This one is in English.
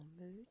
mood